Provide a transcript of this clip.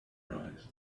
surprised